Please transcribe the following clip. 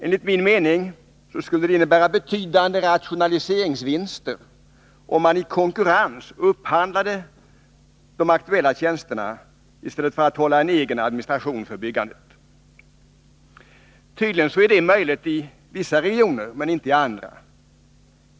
Enligt min mening skulle det innebära betydande rationaliseringsvinster, om man i konkurrens upphandlade de aktuella tjänsterna i stället för att hålla en egen administration för byggandet. Tydligen är det möjligt inom vissa regioner men inte inom andra.